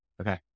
Okay